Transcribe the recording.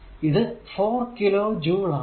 ഇത് 4 kilo joule ആണ്